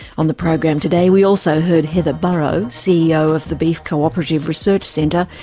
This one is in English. on the program today we also heard heather burrow, ceo of the beef co-operative research centre,